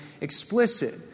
explicit